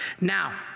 Now